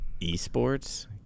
eSports